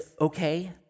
okay